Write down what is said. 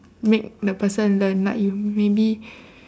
make the person learn like you really